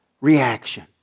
reaction